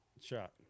Shot